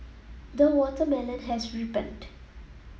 the watermelon has ripened